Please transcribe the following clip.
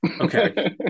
Okay